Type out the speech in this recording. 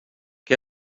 què